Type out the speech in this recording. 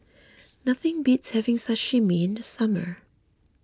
nothing beats having Sashimi in the summer